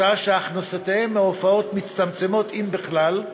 שעה שהכנסותיהם מהופעות מצטמצמות, אם בכלל,